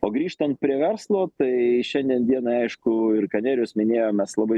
o grįžtant prie verslo tai šiandien dienai aišku ir ką nerijus minėjo mes labai